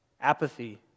apathy